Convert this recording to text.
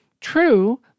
True